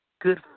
good